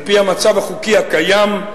אדוני היושב-ראש, על-פי המצב החוקי הקיים,